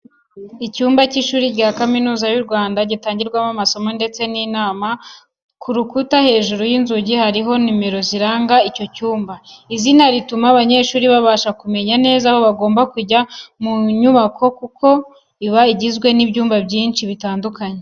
Icyumba cy’ishuri rya kaminuza y’u Rwanda gitangirwamo amasomo, ndetse n'inama, ku rukuta hejuru y’inzugi hariho nomero ziranga icyo cyumba. Izina rituma abanyeshuri babasha kumenya neza aho bagomba kujya mu nyubako kuko iba igizwe n’ibyumba byinshi bitandukanye.